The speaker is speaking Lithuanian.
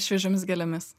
šviežiomis gėlėmis